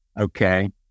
Okay